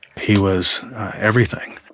he was everything.